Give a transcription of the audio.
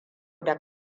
da